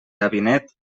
gabinet